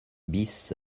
bis